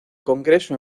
congreso